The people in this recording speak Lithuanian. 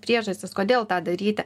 priežastys kodėl tą daryti